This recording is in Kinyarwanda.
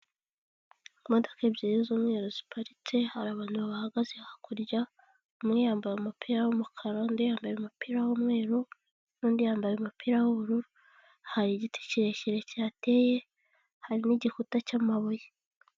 Imodoka ebyiri z'umweru ziparitse, hari abantu bahagaze hakurya, umwe yambaye umupira w'umukara undi yambaye umupira w'umweru n'undi yambaye umupira w'ubururu, hari igiti kirekire kihateye, hari n'igikuta cyamabuye.